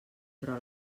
però